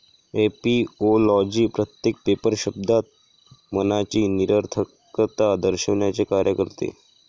ऍपिओलॉजी प्रत्येक पेपर शब्दात मनाची निरर्थकता दर्शविण्याचे कार्य करते